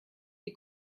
die